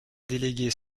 déléguées